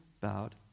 bowed